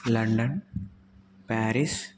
London Paris